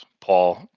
Paul